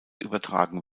übertragen